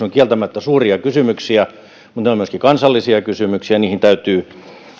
ne ovat kieltämättä suuria kysymyksiä mutta ne ovat myöskin kansallisia kysymyksiä niihin täytyy